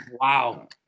Wow